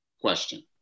question